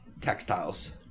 textiles